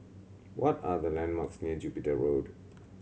what are the landmarks near Jupiter Road